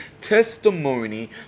testimony